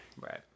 Right